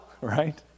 right